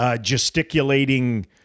gesticulating